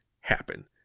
happen